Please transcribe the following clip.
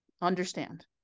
understand